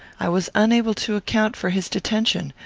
i was unable to account for his detention.